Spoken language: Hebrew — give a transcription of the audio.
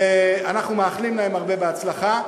ואנחנו מאחלים להם הרבה הצלחה,